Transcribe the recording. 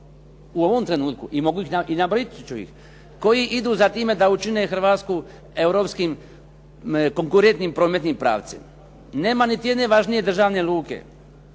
u ovom trenutku i nabrojit ću ih koji idu za time da učine Hrvatsku europskim konkurentnim prometnim pravcem. Nema niti jedne važnije državne luke,